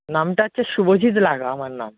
নামটা হচ্ছে শুভজিৎ লাহা আমার নাম